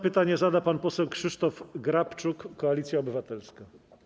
Pytanie zada pan poseł Krzysztof Grabczuk, Koalicja Obywatelska.